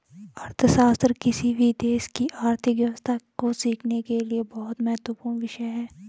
अर्थशास्त्र किसी भी देश की आर्थिक व्यवस्था को सीखने के लिए बहुत महत्वपूर्ण विषय हैं